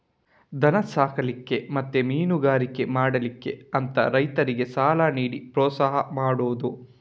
ದನ ಸಾಕ್ಲಿಕ್ಕೆ ಮತ್ತೆ ಮೀನುಗಾರಿಕೆ ಮಾಡ್ಲಿಕ್ಕೆ ಅಂತ ರೈತರಿಗೆ ಸಾಲ ನೀಡಿ ಪ್ರೋತ್ಸಾಹ ಮಾಡುದು